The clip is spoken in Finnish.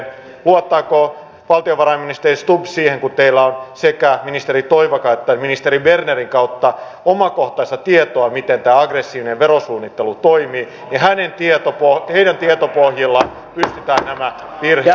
luottaako valtiovarainministeri stubb siihen kun teillä on sekä ministeri toivakan että ministeri bernerin kautta omakohtaista tietoa miten tämä aggressiivinen verosuunnittelu toimii että heidän tietopohjillaan pystytään nämä virheet korjaamaan